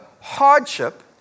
hardship